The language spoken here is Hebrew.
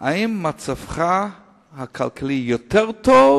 האם מצבך הכלכלי יותר טוב